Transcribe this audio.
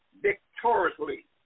victoriously